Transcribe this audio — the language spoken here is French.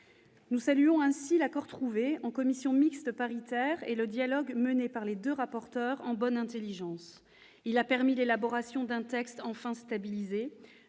Nous saluons ainsi l'accord trouvé en commission mixte paritaire et le dialogue mené par les deux rapporteurs, en bonne intelligence. Ce travail a permis l'élaboration d'un texte enfin stabilisé.